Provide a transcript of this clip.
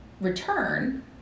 return